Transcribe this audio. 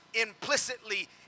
implicitly